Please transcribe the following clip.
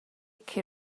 sicr